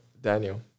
daniel